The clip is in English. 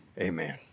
Amen